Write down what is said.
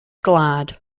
glad